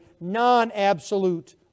non-absolute